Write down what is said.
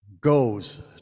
goes